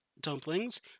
dumplings